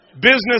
Business